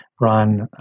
run